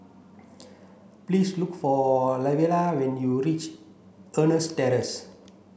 please look for Lavera when you reach Eunos Terrace